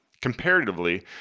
comparatively